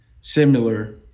similar